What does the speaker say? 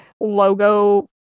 logo